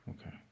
Okay